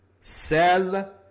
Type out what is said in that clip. sell